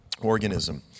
organism